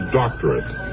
doctorate